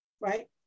right